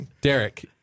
Derek